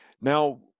Now